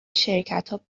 شرکتا